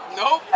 nope